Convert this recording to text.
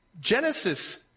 Genesis